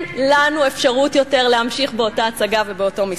לנו אפשרות להמשיך יותר באותה הצגה ובאותו משחק.